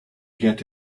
get